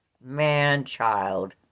man-child